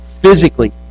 Physically